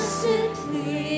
simply